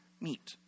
meet